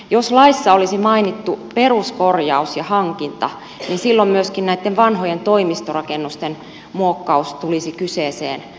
jos laissa olisi mainittu peruskorjaus ja hankinta niin silloin myöskin näitten vanhojen toimistorakennusten muokkaus tulisi kyseeseen